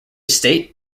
state